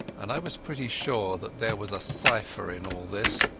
and i was pretty sure that there was a cypher in all this.